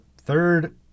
third